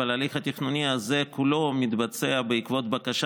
אבל ההליך התכנוני הזה כולו מתבצע בעקבות בקשה